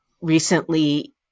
recently